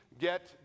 get